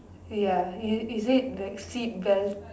ya is it like seatbelt